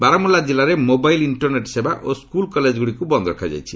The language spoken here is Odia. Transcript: ବାରମୁଲ୍ଲା କିଲ୍ଲାରେ ମୋବାଇଲ୍ ଇଷ୍ଟରନେଟ୍ ସେବା ଓ ସ୍କୁଲ୍ କଲେଜଗୁଡ଼ିକୁ ବନ୍ଦ୍ ରଖାଯାଇଛି